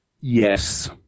Yes